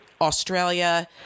Australia